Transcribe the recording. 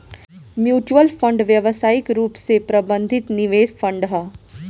mutual fund व्यावसायिक रूप से प्रबंधित निवेश फंड ह